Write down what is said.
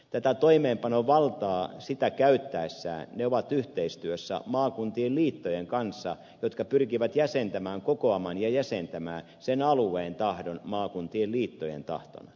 tätä toimeenpanovaltaa käyttäessään ne ovat yhteistyössä maakuntien liittojen kanssa jotka pyrkivät jäsentämään kokoamaan ja jäsentämään sen alueen tahdon maakuntien liittojen tahtona